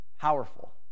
powerful